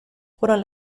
fueron